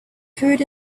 food